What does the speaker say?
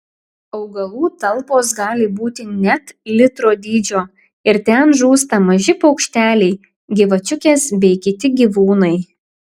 augalų talpos gali būti net litro dydžio ir ten žūsta maži paukšteliai gyvačiukės bei kiti gyvūnai